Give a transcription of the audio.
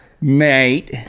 Mate